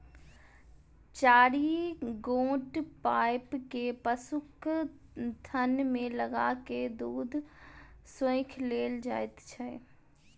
चारि गोट पाइप के पशुक थन मे लगा क दूध सोइख लेल जाइत छै